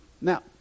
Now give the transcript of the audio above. Now